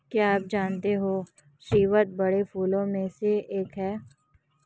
क्या आप जानते है स्रीवत बड़े फूलों में से एक है